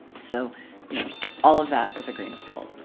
so you know all of that with a grain of salt.